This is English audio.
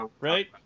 Right